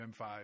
M5